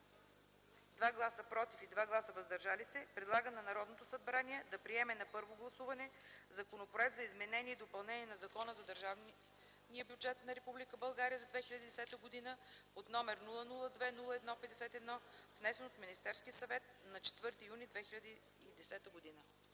2 гласа „против” и 2 гласа „въздържали се” предлага на Народното събрание да приеме на първо гласуване Законопроект за изменение и допълнение на Закона за държавния бюджет на Република България за 2010 г. под № 002-01-51, внесен от Министерския съвет на 4 юни 2010 г.”